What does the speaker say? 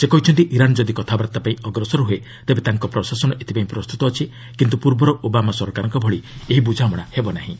ସେ କହିଛନ୍ତି ଇରାନ୍ ଯଦି କଥାବାର୍ତ୍ତା ପାଇଁ ଅଗ୍ରସର ହୁଏ ତେବେ ତାଙ୍କ ପ୍ରସାଶନ ଏଥିପାଇଁ ପ୍ରସ୍ତୁତ ଅଛି କିନ୍ତୁ ପୂର୍ବର ଓବାମା ସରକାରଙ୍କ ଭଳି ଏହି ବୁଝାମଣା ହେବ ନାହିଁ